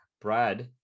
Brad